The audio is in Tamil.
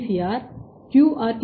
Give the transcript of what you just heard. R qRT B